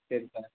சரி சார்